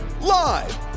Live